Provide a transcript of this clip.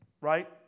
right